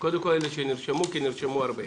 קודם כול אלה שנרשמו, כי נרשמו הרבה.